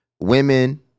Women